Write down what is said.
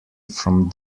from